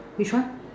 which one